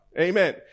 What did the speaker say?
Amen